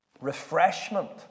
Refreshment